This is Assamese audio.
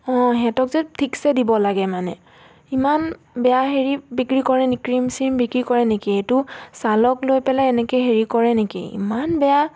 অঁ সিহঁতক যে ঠিকছে দিব লাগে মানে ইমান বেয়া হেৰি বিক্ৰী কৰে নে ক্ৰীম চিম বিক্ৰী কৰে নেকি এইটো ছালক লৈ পেলাই এনেকৈ হেৰি কৰে নেকি ইমান বেয়া